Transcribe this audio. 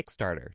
Kickstarter